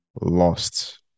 lost